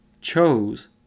chose